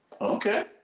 Okay